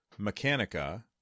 Mechanica